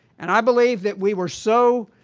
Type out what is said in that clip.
and i believe that we were so